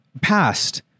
passed